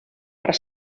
per